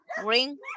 green